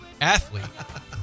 athlete